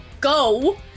go